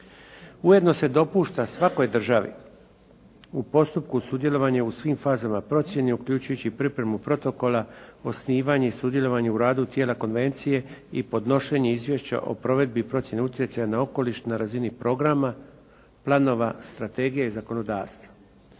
Ujedno se dopušta svakoj državi u postupku sudjelovanja u svim fazama procjene uključujući i pripremu protokola, osnivanje i sudjelovanje u radu tijela konvencije i podnošenje izvješća o provedbi i procjeni utjecaja na okoliš na razini programa, planova, strategija i zakonodavstva.